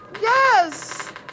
yes